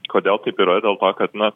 kodėl taip yra dėl to kad na